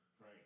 Right